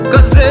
Cause